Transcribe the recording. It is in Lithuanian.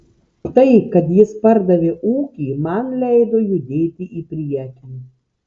tai kad jis pardavė ūkį man leido judėti į priekį